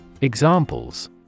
Examples